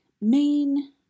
main